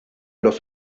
los